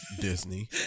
Disney